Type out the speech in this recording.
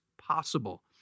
possible